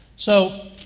so,